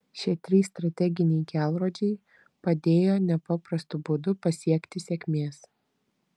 šie trys strateginiai kelrodžiai padėjo nepaprastu būdu pasiekti sėkmės